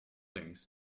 links